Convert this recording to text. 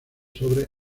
sobre